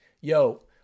yo